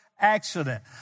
accident